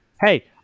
Hey